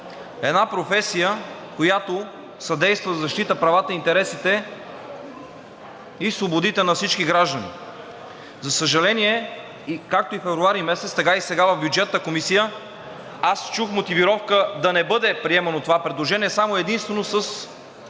Една професия, която съдейства за защита правата, интересите и свободите на всички граждани. За съжаление, както през месец февруари, така и сега в Бюджетна комисия аз чух мотивировка да не бъде приемано това предложение само и единствено с